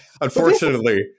unfortunately